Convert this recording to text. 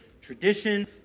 Tradition